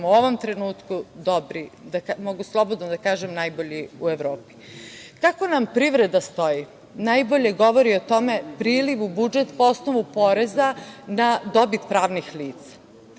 u ovom trenutku dobri, mogu slobodno da kažem najbolji u Evropi. Kako nam privreda stoji najbolje govori o tome priliv budžet po osnovu poreza na dobit pravnih lica.